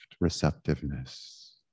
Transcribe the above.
receptiveness